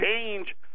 change